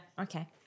Okay